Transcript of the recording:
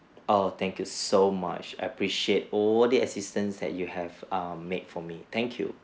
oh thank you so much I appreciate all the assistance that you have err made for me thank you